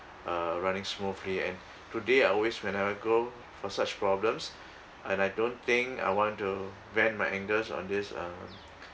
uh running smoothly and today I always when I have a go for such problems and I don't think I want to vent my anger on this uh